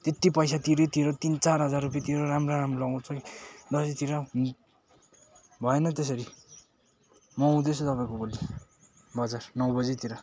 त्यत्ति पैसा तिऱ्यो तिऱ्यो तिन चार हजार रुपियाँ तिरेर राम्रो राम्रो आउँछ कि दसैँतिर भएन त्यसरी म आउँदैछु तपाईँको भोलि बजार नौ बजीतिर